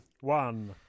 One